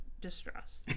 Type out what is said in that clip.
distress